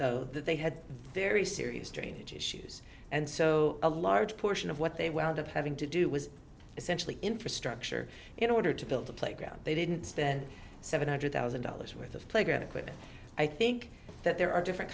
though that they had very serious drainage issues and so a large portion of what they wound up having to do was essentially infrastructure in order to build a playground they didn't spend seven hundred thousand dollars worth of playground equipment i think that there are different